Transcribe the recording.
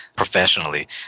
professionally